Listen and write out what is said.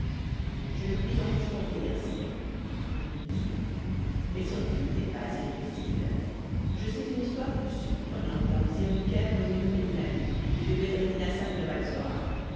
je ne puis en disconvenir sire répondit le vizir mais son crime n'est pas irrémissible je sais une histoire plus surprenante d'un vizir du caire nommé noureddin ali et de bedreddin hassan de balsora